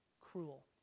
cruel